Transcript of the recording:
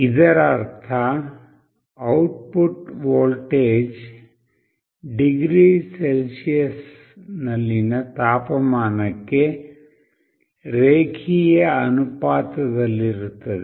ಇದರರ್ಥ output voltage degree ಸೆಲ್ಸಿಯಸ್ನಲ್ಲಿನ ತಾಪಮಾನಕ್ಕೆ ರೇಖೀಯ ಅನುಪಾತದಲ್ಲಿರುತ್ತದೆ